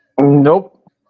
Nope